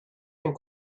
were